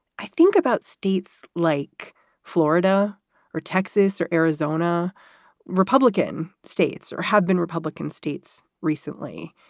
i think about states like florida or texas or arizona republican states or have been republican states recently,